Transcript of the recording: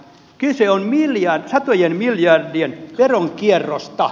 kyse on satojen miljardien veronkierrosta